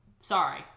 Sorry